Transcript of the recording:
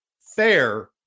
fair